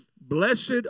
Blessed